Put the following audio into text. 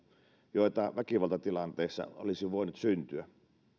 joita väkivaltatilanteissa olisi voinut syntyä